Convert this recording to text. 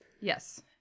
Yes